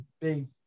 big